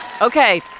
Okay